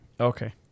Okay